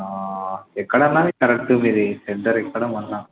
ఎక్కడన్న కరెక్ట్ మీది సెంటర్ ఎక్కడ మొన్న